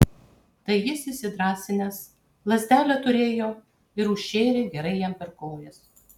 tai jis įsidrąsinęs lazdelę turėjo ir užšėrė gerai jam per kojas